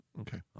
Okay